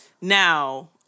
now